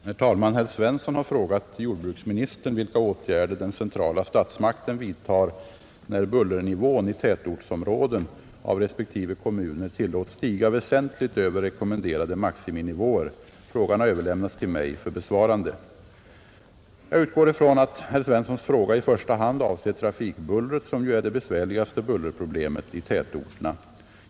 Herr talman! Herr Svensson i Malmö har frågat jordbruksministern vilka åtgärder den centrala statsmakten vidtar när bullernivån i tätortsområden av respektive kommuner tillåts stiga väsentligt över rekommenderade maximinivåer. Frågan har överlämnats till mig för besvarande. Jag utgår ifrån att herr Svenssons fråga i första hand avser trafikbullret, som ju är det besvärligaste bullerproblemet i tätorterna.